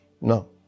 No